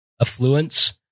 affluence